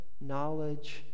knowledge